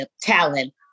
talent